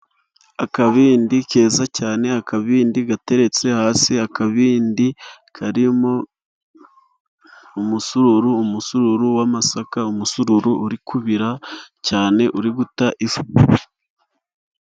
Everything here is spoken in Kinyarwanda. Akabindi keza cyane, akabindi gateretse hasi, akabindi karimo umusururu, umusururu w'amasaka, umusururu uri kubira cyane uri guta ifuro.